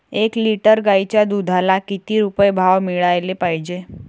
एक लिटर गाईच्या दुधाला किती रुपये भाव मिळायले पाहिजे?